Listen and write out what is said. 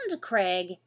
Craig